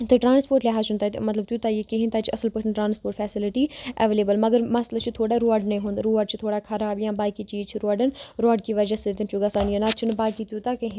تہٕ ٹرٛانَسپوٹ لِہاز چھُنہٕ تَتہِ مطلب تیوٗتاہ یہِ کِہیٖنۍ تَتہِ چھِ اَصٕل پٲٹھۍ ٹرٛانَسپوٹ فیسَلٹی اٮ۪ولیبٕل مگر مَسلہٕ چھِ تھوڑا روڈنٕے ہُنٛد روڈ چھِ تھوڑا خراب یا باقٕے چیٖز چھِ روڈَن روڈ کہِ وجہ سۭتۍ چھُ گژھان یہِ نہ تہٕ چھِنہٕ باقٕے تیوٗتاہ کِہیٖنۍ